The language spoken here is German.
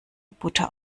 butter